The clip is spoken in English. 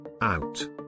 Out